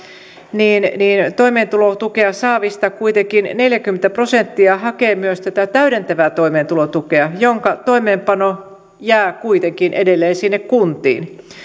niin niin toimeentulotukea saavista kuitenkin neljäkymmentä prosenttia hakee myös tätä täydentävää toimeentulotukea jonka toimeenpano jää kuitenkin edelleen sinne kuntiin